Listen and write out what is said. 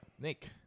nick